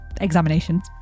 examinations